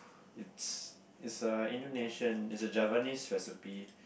it's it's a Indonesian it's a Javanese recipe